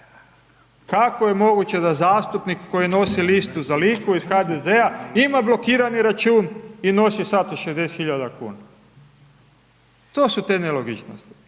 Kako je moguće da zastupnik koji nosi listu za Liku iz HDZ-a ima blokirani račun i nosi sat od 60 hiljada kuna? To su te nelogičnosti,